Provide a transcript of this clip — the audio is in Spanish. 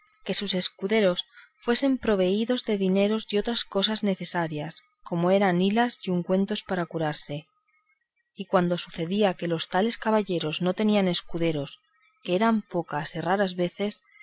que sus escuderos fuesen proveídos de dineros y de otras cosas necesarias como eran hilas y ungüentos para curarse y cuando sucedía que los tales caballeros no tenían escuderos que eran pocas y raras veces